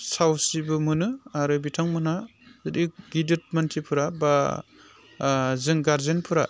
साहसबो मोनो आरो बिथांमोनहा बिदि गिदिर मानसिफोरा बा जों गारजेनफोरा